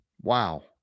wow